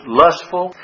lustful